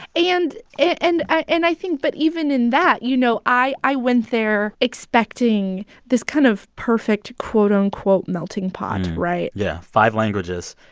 and and and i think that but even in that, you know, i i went there expecting this kind of perfect, quote-unquote, melting pot, right? yeah. five languages.